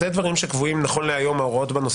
אלה דברים שנכון להיום ההוראות בנושא